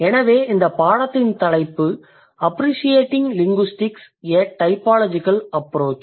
எனவே இந்த பாடத்தின் தலைப்பு appreciating linguistics a typological approach